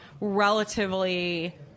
relatively